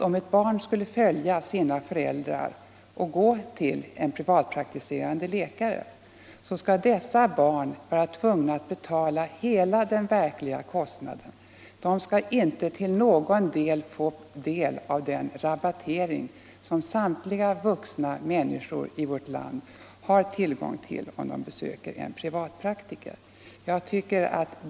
Om cett barn följer sina föräldrar till en privalpraktiserande tandläkare, är man tvungen att för barnet betala hela den verkliga kostnaden. Inte till någon del får barnet tillgodogöra sig den rabattering som samtliga vuxna människor i vårt land har rätt till om de besöker en privatpraktiker.